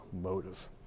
motive